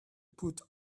put